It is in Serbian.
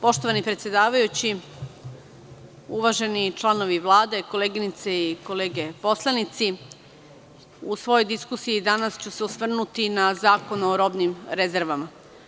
Poštovani predsedavajući, uvaženi članovi Vlade, koleginice i kolege poslanici, u svojoj diskusiji danas ću se osvrnuti na Zakon o robnim rezervama.